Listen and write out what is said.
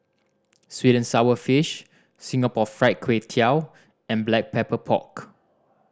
sweet and sour fish Singapore Fried Kway Tiao and Black Pepper Pork